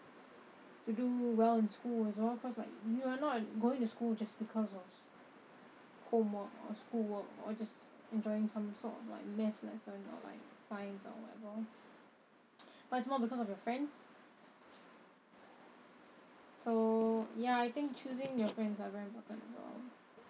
to do well in school as well cause like you you're not going to school just because of homework or school work or just enjoying some sort of like math lesson or like science or whatever but it's more because of your friends so ya I think choosing your friends are very important as well